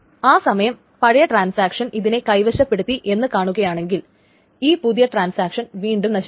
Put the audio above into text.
ആ സമയം പഴയ ട്രാൻസാക്ഷൻ ഇതിനെ കൈവശപ്പെടുത്തി എന്ന് കാണുകയാണെങ്കിൽ ഈ പുതിയ ട്രാൻസാക്ഷൻ വീണ്ടും നശിക്കും